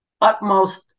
utmost